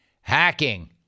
Hacking